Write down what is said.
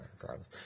Regardless